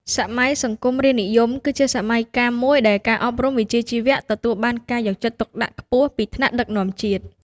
សម័យសង្គមរាស្ត្រនិយម គឺជាសម័យកាលមួយដែលការអប់រំវិជ្ជាជីវៈទទួលបានការយកចិត្តទុកដាក់ខ្ពស់ពីថ្នាក់ដឹកនាំជាតិ។